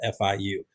FIU